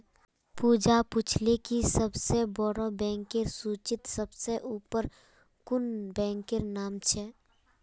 पूजा पूछले कि सबसे बोड़ो बैंकेर सूचीत सबसे ऊपर कुं बैंकेर नाम छे